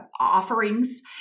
offerings